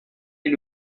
est